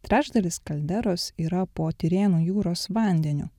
trečdalis kalderos yra po tirėnų jūros vandeniu